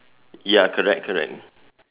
ya correct correct